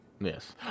Yes